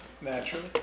Naturally